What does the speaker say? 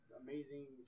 Amazing